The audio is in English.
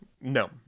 No